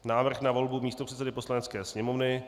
Návrh na volbu místopředsedy Poslanecké sněmovny